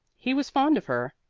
he was fond of her,